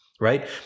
right